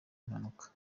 mpanuka